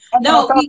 No